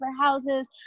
houses